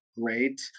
great